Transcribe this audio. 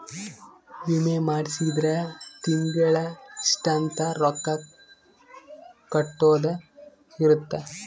ವಿಮೆ ಮಾಡ್ಸಿದ್ರ ತಿಂಗಳ ಇಷ್ಟ ಅಂತ ರೊಕ್ಕ ಕಟ್ಟೊದ ಇರುತ್ತ